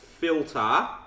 filter